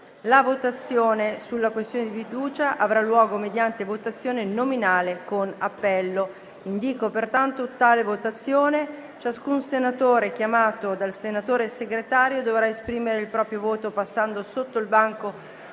la votazione sulla questione di fiducia avrà luogo mediante votazione nominale con appello. Ciascun senatore chiamato dal senatore Segretario dovrà esprimere il proprio voto passando sotto il banco